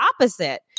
opposite